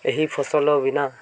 ଏହି ଫସଲ ବିନା